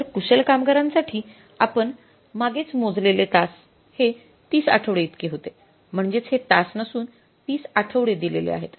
तर कुशल कामगारांसाठी आपण मागेच मोजलेले तास हे ३० आठवडे इतके होते म्हणजेच हे तास नसून ३० आठवडे दिलेले आहेत